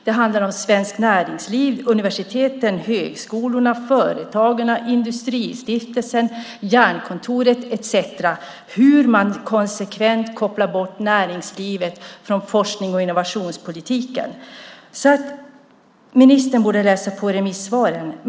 Det handlar om Svenskt Näringsliv, universiteten, högskolorna, Företagarna, Industristiftelsen, Jernkontoret etcetera. Man kopplar konsekvent bort näringslivet från forsknings och innovationspolitiken. Ministern borde alltså läsa remissvaren.